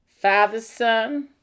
father-son